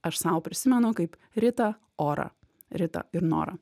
aš sau prisimenu kaip ritą orą rita ir nora